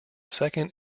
second